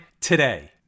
today